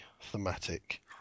thematic